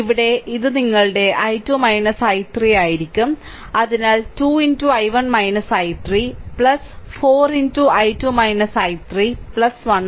ഇവിടെ ഇത് നിങ്ങളുടെ i2 i3 ആയിരിക്കും അതിനാൽ 2 i1 i3 4 i2 i3 1